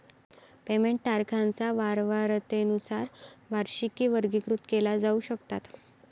payment तारखांच्या वारंवारतेनुसार वार्षिकी वर्गीकृत केल्या जाऊ शकतात